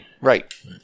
Right